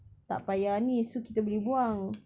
tak payah ni so kita boleh buang